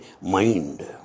mind